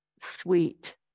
sweet